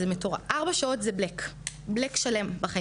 ארבע שעות זה בלק שלם בחיים שלי.